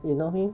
you know him